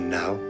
now